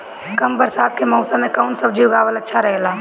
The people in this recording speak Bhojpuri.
कम बरसात के मौसम में कउन सब्जी उगावल अच्छा रहेला?